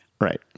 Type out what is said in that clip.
Right